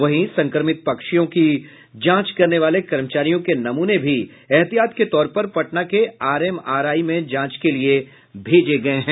वहीं संक्रमित पंक्षियों की जांच करने वाले कर्मचारियों के नमूने भी एतियात के तौर पर पटना के आरएमआरआई में जांच के लिए भेजे गये हैं